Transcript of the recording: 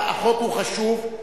החוק הוא חשוב,